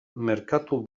merkatu